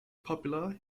popular